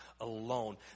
alone